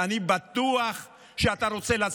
אני לא מאמין שכוונותיך לא טובות,